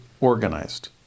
organized